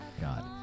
God